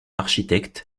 architecte